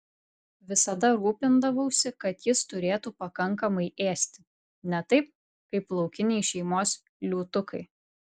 visada rūpindavausi kad jis turėtų pakankamai ėsti ne taip kaip laukiniai šeimos liūtukai